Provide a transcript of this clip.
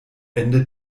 ende